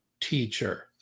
teacher